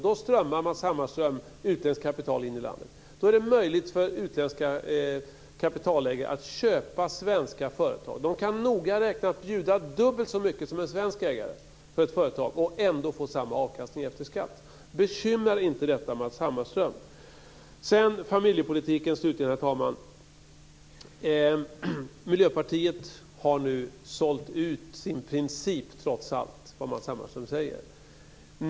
Då strömmar utländskt kapital in i landet, Matz Hammarström. Då är det möjligt för utländska kapitalägare att köpa svenska företag. De kan noga räknat bjuda dubbelt så mycket som en svensk ägare för ett företag och ändå få samma avkastning efter skatt. Bekymrar inte detta Herr talman! Låt mig slutligen ta upp familjepolitiken. Miljöpartiet har nu sålt ut sin princip, trots allt vad Matz Hammarström säger.